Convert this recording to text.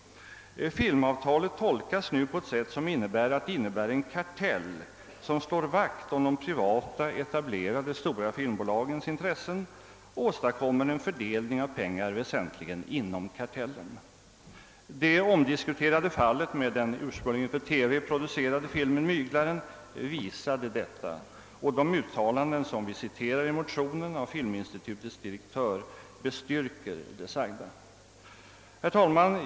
Filmavtalet tolkas nu så, att det innebär en kartell som slår vakt om de privata etablerade stora filmbolagens intressen och åstadkommer en fördelning av pengar väsentligen inom kartellen. Det omdiskuterade fallet med den ursprungligen för TV producerade filmen »Myglaren» visade detta, och de uttalanden av filminstitutets direktör som vi citerat i motionen bestyrker det sagda. Herr talman!